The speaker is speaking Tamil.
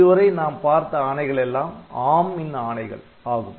இதுவரை நாம் பார்த்த ஆணைகள் எல்லாம் ARM ன் ஆணைகள் ஆகும்